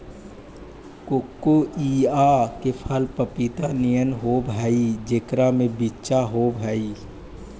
कोकोइआ के फल पपीता नियन होब हई जेकरा में बिच्चा होब हई